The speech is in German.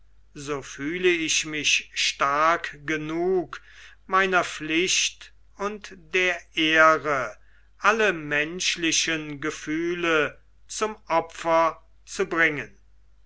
so fühle ich mich stark genug meiner pflicht und der ehre alle menschlichen verhältnisse zum opfer zu bringen